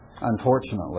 Unfortunately